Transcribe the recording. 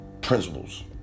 principles